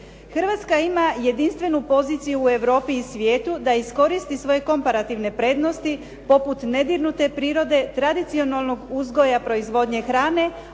Hrvatska ima jedinstvenu poziciju u Europi i svijetu da iskoristi svoje komparativne prednosti poput nedirnute prirode, tradicionalnog uzgoja proizvodnje hrane